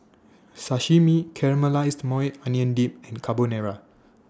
Sashimi Caramelized Maui Onion Dip and Carbonara